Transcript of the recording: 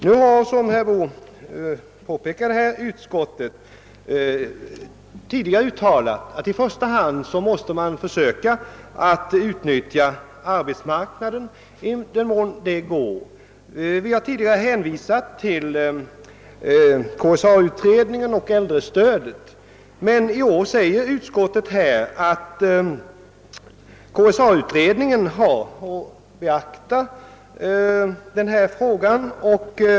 Nu har utskottet, som herr Boo påpekade, tidigare uttalat att man i första hand borde använda arbetsmarknadspolitiska åtgärder i den mån det går. Vi har förut hänvisat till KSA-utredningen, och vi har också pekat på äldrestödet. även i år uttalar utskottet att KSA-utredningen har att beakta frågan.